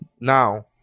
Now